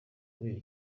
kubera